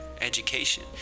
education